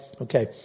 okay